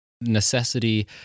necessity